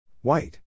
White